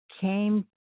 came